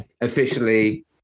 officially